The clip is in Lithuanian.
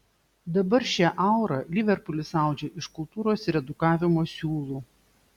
dabar šią aurą liverpulis audžia iš kultūros ir edukavimo siūlų